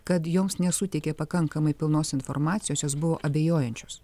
kad joms nesuteikė pakankamai pilnos informacijos jos buvo abejojančios